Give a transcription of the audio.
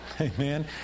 Amen